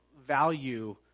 value